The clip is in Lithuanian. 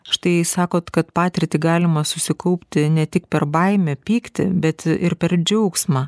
štai sakot kad patirtį galima susikaupti ne tik per baimę pyktį bet ir per džiaugsmą